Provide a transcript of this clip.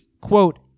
quote